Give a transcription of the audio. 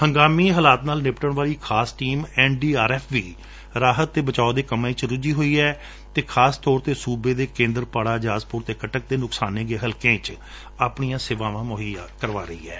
ਹੰਗਾਮੀ ਹਲਾਤ ਨਾਲ ਨਿੱਬੜਨ ਵਾਲੀ ਖਾਸ ਟੀਮ ਐਨਡੀਆਰਐਫ ਵੀ ਰਾਹਤ ਅਤੇ ਬਚਾਓ ਕੱਮਾਂ ਵਿੱਚ ਰੁੱਝੀ ਹੋਈ ਹੈ ਅਤੇ ਖਾਸ ਤੌਰ ਤੇ ਸੂਬੇ ਦੇ ਕੇਂਦਰਪਾਰਾ ਜਾਜਪੁਰ ਅਤੇ ਕਟਕ ਦੇ ਨੁਕਸਾਨੇ ਗਏ ਹਲਕਿਆਂ ਵਿੱਚ ਆਪਣੀਆਂ ਸੇਵਾਵਾਂ ਮੁਹੱਈਆ ਕਰਵਾ ਰਹੀ ਹੈ